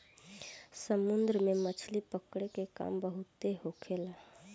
समुन्द्र में मछली पकड़े के काम बहुत होखेला